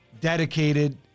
dedicated